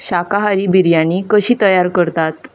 शाकाहारी बिर्याणी कशी तयार करतात